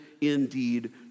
indeed